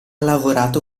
lavorato